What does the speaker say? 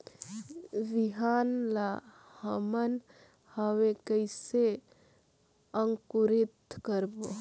बिहान ला हमन हवे कइसे अंकुरित करबो?